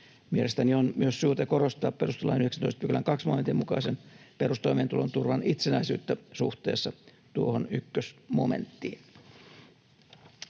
Mielestäni on myös syytä korostaa perustuslain 19 §:n 2 momentin mukaisen perustoimeentulon turvan itsenäisyyttä suhteessa tuohon ykkösmomenttiin.”